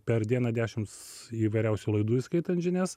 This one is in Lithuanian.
per dieną dešimts įvairiausių laidų įskaitant žinias